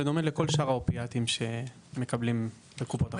בדומה לכל שאר האופיאטים שמקבלים בקופות החולים.